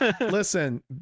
Listen